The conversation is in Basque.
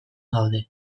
gaude